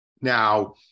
Now